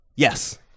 Yes